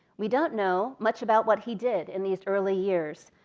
we don't know much about what he did in these early years.